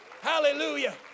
Hallelujah